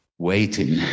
waiting